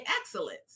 excellence